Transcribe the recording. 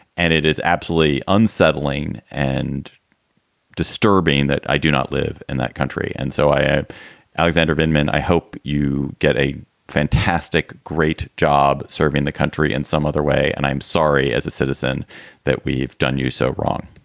and it is absolutely unsettling and disturbing that i do not live in that country. and so i am alexander binmen. i hope you get a fantastic, great job serving the country in some other way. and i'm sorry as a citizen that we've done you so wrong.